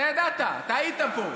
אתה ידעת, אתה היית פה.